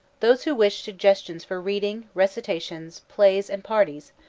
those who wish suggestions for readings, recitations, plays, and parties,